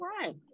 right